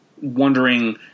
wondering